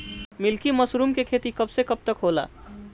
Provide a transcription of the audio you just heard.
Milky mushroom के खेती कब से कब तक होला?